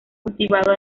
cultivado